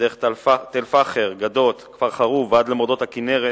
דרך תל-פאחר, גדות, כפר-חרוב ועד למורדות הכינרת,